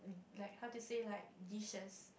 like how to say like dishes